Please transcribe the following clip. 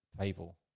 people